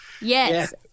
Yes